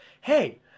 hey